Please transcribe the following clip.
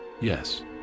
Yes